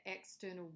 external